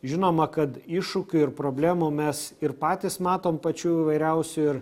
žinoma kad iššūkių ir problemų mes ir patys matom pačių įvairiausių ir